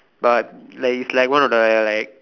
but like is like one of the other like